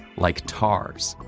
like tars,